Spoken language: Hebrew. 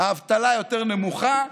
האבטלה יותר נמוכה,